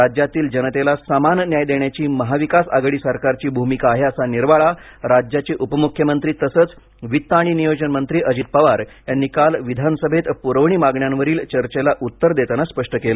राज्यातील जनतेला समान न्याय देण्याची महाविकास आघाडी सरकारची भूमिका आहे असा निर्वाळा राज्याचे उपमुख्यमंत्री तसंच वित्त आणि नियोजन मंत्री अजित पवार यांनी काल विधानसभेत पुरवणी मागण्यांवरील चर्चेला उत्तर देतांना स्पष्ट केलं